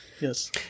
Yes